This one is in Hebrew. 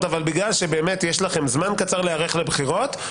בגלל שיש לכם זמן קצר להיערך לבחירות,